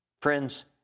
Friends